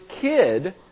kid